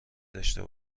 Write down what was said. داشته